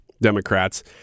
Democrats